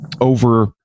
over